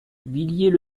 villiers